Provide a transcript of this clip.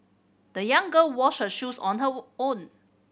the young girl washed her shoes on her own